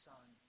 Son